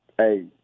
Hey